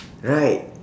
right